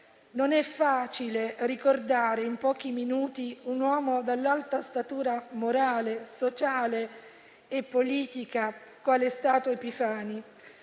Non è facile ricordare in pochi minuti un uomo dall'alta statura morale, sociale e politica quale è stato Epifani.